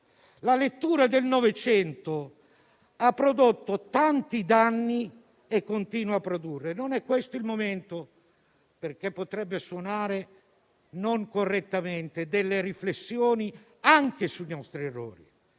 La lettura del Novecento ha prodotto tanti danni e continua a produrne, non è questo il momento - perché potrebbe suonare non correttamente - delle riflessioni anche sui nostri errori.